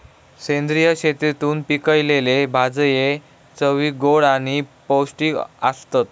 सेंद्रिय शेतीतून पिकयलले भाजये चवीक गोड आणि पौष्टिक आसतत